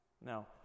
Now